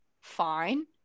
fine